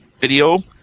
video